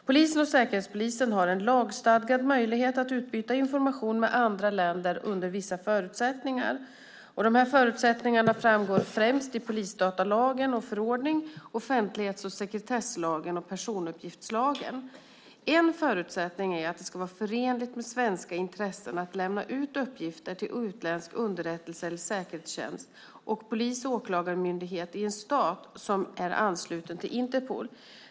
Polisen och Säkerhetspolisen har en lagstadgad möjlighet att utbyta information med andra länder under vissa förutsättningar. Dessa förutsättningar framgår främst i polisdatalagen och förordning, offentlighets och sekretesslagen och personuppgiftslagen. En förutsättning är att det ska vara förenligt med svenska intressen att lämna ut uppgifter till utländsk underrättelse eller säkerhetstjänst och polis eller åklagarmyndighet i en stat som är ansluten till Interpol.